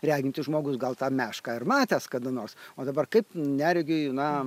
regintis žmogus gal tą mešką ir matęs kada nors o dabar kaip neregiui na